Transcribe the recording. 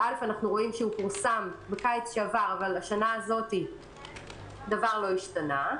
אנחנו רואים שהוא פורסם בקיץ שעבר אבל השנה הזאת דבר לא השתנה.